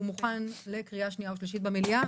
הוא מוכן לקריאה שנייה ושלישית במליאה,